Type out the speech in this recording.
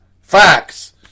facts